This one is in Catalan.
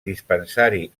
dispensari